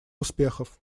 успехов